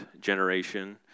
Generation